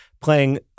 playing